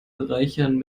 reichern